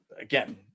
again